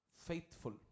Faithful